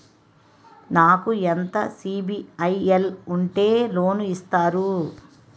నాకు ఎంత సిబిఐఎల్ ఉంటే లోన్ ఇస్తారు?